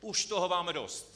Už toho máme dost.